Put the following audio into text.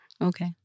okay